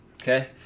Okay